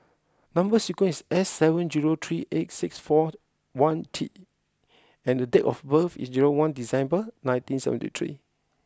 number sequence is S seven zero three eight six four one T and date of birth is zero one December nineteen seventy three